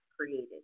created